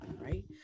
right